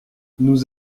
nous